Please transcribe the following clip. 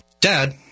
Dad